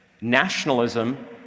Nationalism